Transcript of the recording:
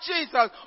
Jesus